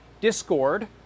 Discord